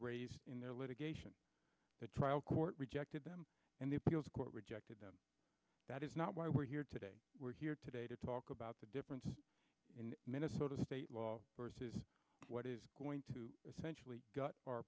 raised in their litigation the trial court rejected them and the appeals court rejected that is not why we're here today we're here today to talk about the difference in minnesota state law versus what is going to essentially gut our